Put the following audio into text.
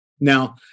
Now